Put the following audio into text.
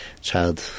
child